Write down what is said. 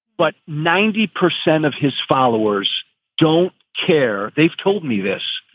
but ninety percent of his followers don't care. they've told me this.